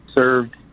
served